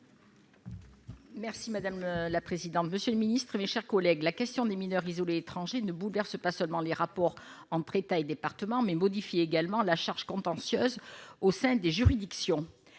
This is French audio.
Merci madame la présidente, monsieur le Ministre, mes chers collègues, la question des mineurs isolés étrangers ne bouleverse pas seulement les rapports entre État et départements mais modifie également la charge contentieuse au sein des juridictions